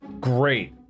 great